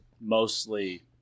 mostly